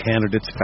candidates